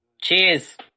Cheers